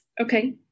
okay